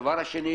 דבר שני,